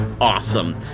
Awesome